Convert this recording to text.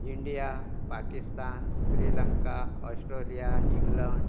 India Pakistan Sri Lanka Australia England